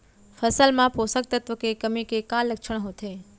फसल मा पोसक तत्व के कमी के का लक्षण होथे?